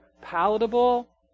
palatable